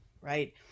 right